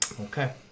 Okay